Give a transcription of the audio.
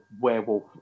werewolf